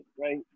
right